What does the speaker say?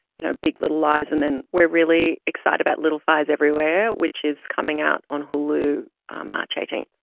you know, big little lies. and then we're really excited about little fires everywhere, which is coming out on hulu on march eighteenth.